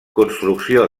construcció